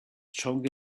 strong